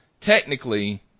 technically